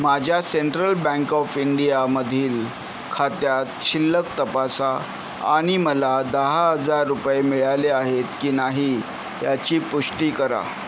माझ्या central bank of इंडियामधील खात्यात शिल्लक तपासा आणि मला दहा हजार रुपये मिळाले आहेत की नाही याची पुष्टी करा